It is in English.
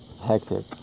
hectic